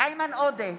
איימן עודה,